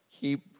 Keep